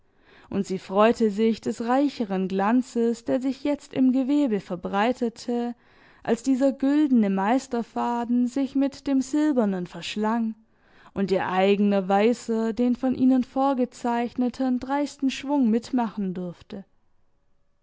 und sie freute sich des reicheren glanzes der sich jetzt im gewebe verbreitete als dieser güldene meisterfaden sich mit dem silbernen verschlang und ihr eigener weißer den von ihnen vorgezeichneten dreisten schwung mitmachen durfte